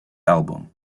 album